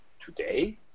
today